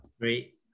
Great